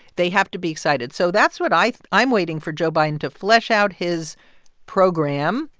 they have to be excited. so that's what i i'm waiting for joe biden to flesh out his program,